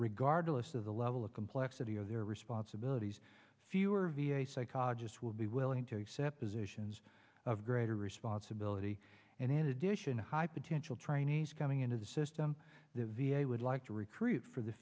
regardless of the level of complexity of their responsibilities fewer v a psychologists will be willing to accept positions of greater responsibility and in addition high potential trainees coming into the system the v a would like to recruit for the